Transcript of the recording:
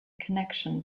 connection